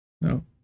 No